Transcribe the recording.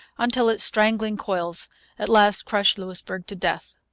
until its strangling coils at last crushed louisbourg to death.